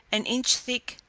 an inch thick,